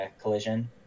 collision